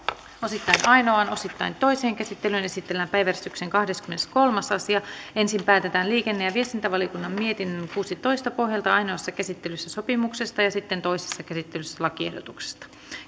osittain ainoaan osittain toiseen käsittelyyn esitellään päiväjärjestyksen kahdeskymmeneskolmas asia ensin päätetään liikenne ja viestintävaliokunnan mietinnön kuusitoista pohjalta ainoassa käsittelyssä sopimuksesta ja sitten toisessa käsittelyssä lakiehdotuksesta